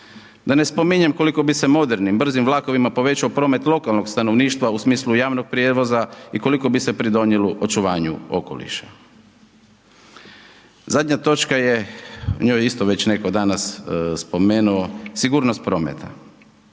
Da ne spominjem koliko bi se modernim, brzim vlakovima, povećao promet lokalnog stanovništva, u smislu javnog prijevoza i koliko bi se pridonijelo očuvanju okoliša. Zadnja točka je, njoj isto već netko danas spomenuo, sigurnost prometa,